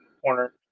corner